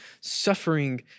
suffering